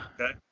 Okay